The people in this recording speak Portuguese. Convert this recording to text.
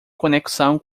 conexão